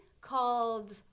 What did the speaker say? called